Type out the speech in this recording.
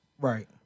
Right